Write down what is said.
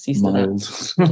mild